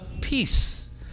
peace